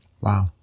Wow